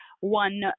one